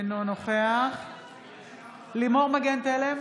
אינו נוכח לימור מגן תלם,